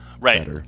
Right